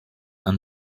and